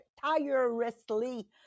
tirelessly